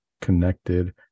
connected